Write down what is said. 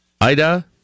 Ida